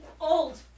Old